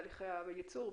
בתהליכי הייצור,